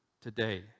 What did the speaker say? Today